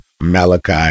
Malachi